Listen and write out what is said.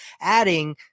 adding